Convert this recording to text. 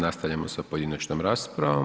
Nastavljamo sa pojedinačnom raspravom.